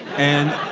and.